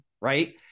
right